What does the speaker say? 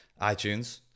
itunes